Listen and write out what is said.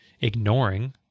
ignoring